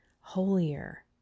holier